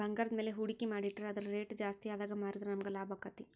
ಭಂಗಾರದ್ಮ್ಯಾಲೆ ಹೂಡ್ಕಿ ಮಾಡಿಟ್ರ ಅದರ್ ರೆಟ್ ಜಾಸ್ತಿಆದಾಗ್ ಮಾರಿದ್ರ ನಮಗ್ ಲಾಭಾಕ್ತೇತಿ